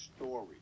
story